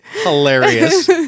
Hilarious